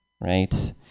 Right